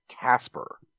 Casper